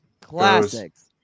Classics